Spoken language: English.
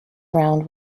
round